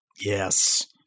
Yes